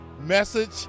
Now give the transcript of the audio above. message